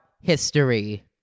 history